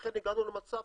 לכן הגענו למצב,